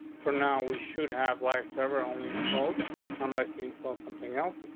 for now, we should have life server only installed unless you installed something else.